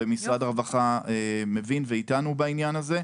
ומשרד הרווחה מבין ואתנו בעניין הזה.